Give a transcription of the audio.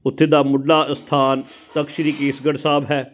ਉੱਥੇ ਦਾ ਮੁੱਢਲਾ ਅਸਥਾਨ ਤਖਤ ਸ਼੍ਰੀ ਕੇਸਗੜ ਸਾਹਿਬ ਹੈ